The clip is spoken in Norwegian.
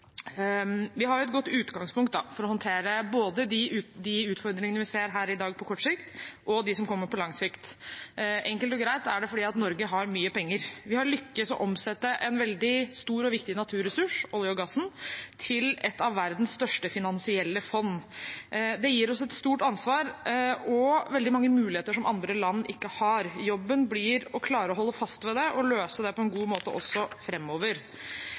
Vi har et godt utgangspunkt for å håndtere både de utfordringene vi ser her i dag på kort sikt, og de som kommer på lang sikt. Enkelt og greit er det fordi Norge har mye penger. Vi har lyktes med å omsette en veldig stor og viktig naturressurs – oljen og gassen – til et av verdens største finansielle fond. Det gir oss et stort ansvar og veldig mange muligheter som andre land ikke har. Jobben blir å klare å holde fast ved det og løse det på en god måte også